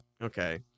Okay